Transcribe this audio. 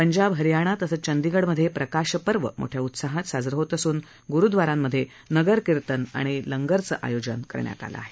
पंजाब हरियाणा तसंच चंदीगढमधे प्रकाश पर्व मोठ्या उत्साहात साजरं होत असून ग्रूद्वारांमधे नगर किर्तन तसंच लंगरचं आयोजन करण्यात आलं आहे